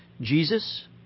Jesus